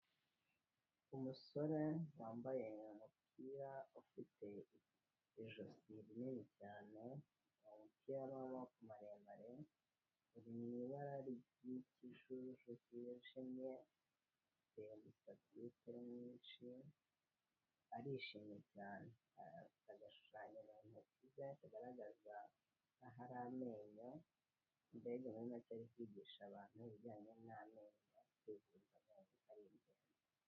Umusore wambaye umupira ufite ijosi rinini cyane ukaba ari uw'amaboko maremare, uri mu ibarari ry'ikijuju kijimye, afite umusatsi utari mwinshi, arishimye cyane. Afite agashushanyo mu ntoki ze kagaragaza ahari amenyo. Mbega muri make ari kwigisha abantu ibijyanye n'amenyo.